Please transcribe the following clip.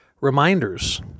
reminders